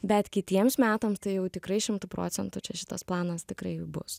bet kitiems metams tai jau tikrai šimtu procentų čia šitas planas tikrai jau bus